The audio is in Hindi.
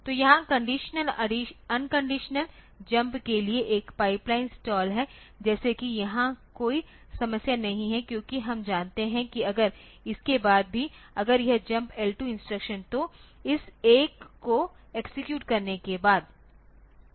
तो यहां कंडीशनल अनकंडीशनल जम्प के लिए एक पाइपलाइन स्टाल है जैसे कि यहां कोई समस्या नहीं है क्योंकि हम जानते हैं कि अगर इसके बाद भी अगर यह जम्प L2 इंस्ट्रक्शन तो इस एक को एक्सेक्यूट करने के बाद तो जम्प L2